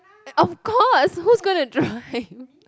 of course who's going to drive